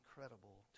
incredible